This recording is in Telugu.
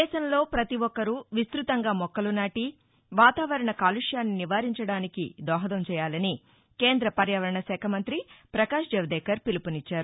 దేశంలో పతిఒక్సరూ విస్తతంగా మొక్కలు నాటి వాతావరణ కాలుష్యాన్ని నివారించడానికి ను దోహదం చేయాలని కేంద్ర పర్యావరణ శాఖ మంతి పకాష్ జవదేకర్ పిలుపునిచ్చారు